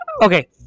Okay